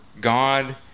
God